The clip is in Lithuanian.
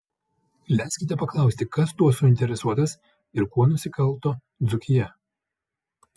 leiskite paklausti kas tuo suinteresuotas ir kuo nusikalto dzūkija